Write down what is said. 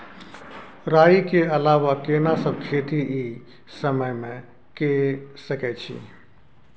राई के अलावा केना सब खेती इ समय म के सकैछी?